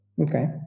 Okay